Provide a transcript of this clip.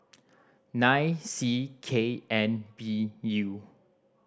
nine C K N B U